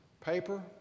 Paper